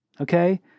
Okay